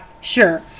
Sure